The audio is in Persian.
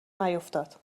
نیفتاد